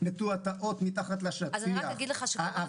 מטואטאות מתחת לשטיח.